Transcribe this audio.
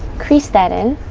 crease that in